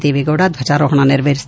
ದೇವೇಗೌಡ ಧ್ವಜಾರೋಹಣ ನೆರವೇರಿಸಿದರು